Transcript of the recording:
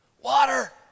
Water